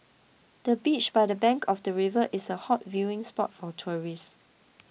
the beach by the bank of the river is a hot viewing spot for tourists